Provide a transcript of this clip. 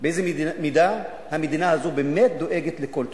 באיזו מידה המדינה הזאת באמת דואגת לכל תושביה?